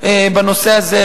בנושא הזה.